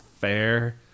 fair